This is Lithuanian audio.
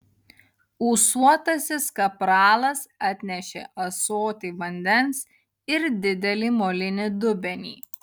ūsuotasis kapralas atnešė ąsotį vandens ir didelį molinį dubenį